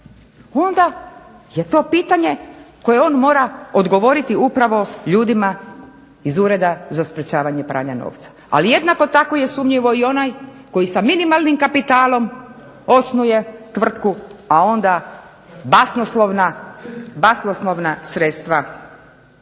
onda je to pitanje koje on mora odgovoriti upravo ljudima iz Ureda za sprečavanje pranja novca. Ali jednako tako je sumnjiv i onaj koji sa minimalnim kapitalom osnuje tvrtku, a onda basnoslovna sredstva